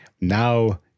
now